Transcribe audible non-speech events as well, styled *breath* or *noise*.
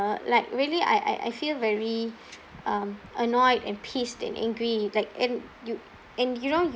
like really I I I feel very *breath* um annoyed and pissed and angry like and you and you know